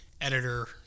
Editor